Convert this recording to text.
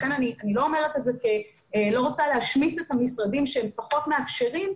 אני לא אומרת את זה כלא רוצה להשמיץ את המשרדים שהם פחות מאפשרים,